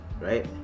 right